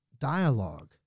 dialogue